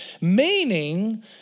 meaning